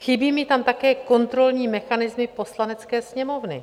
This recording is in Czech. Chybí mi tam také kontrolní mechanismy Poslanecké sněmovny.